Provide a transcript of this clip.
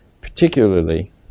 particularly